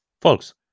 folks